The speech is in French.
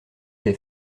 des